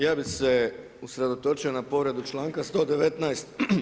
Ja bi se usredotoči na povredu članka 119.